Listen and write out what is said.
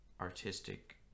artistic